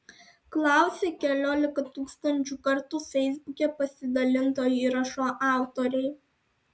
klausia keliolika tūkstančių kartų feisbuke pasidalinto įrašo autoriai